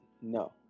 No